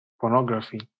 pornography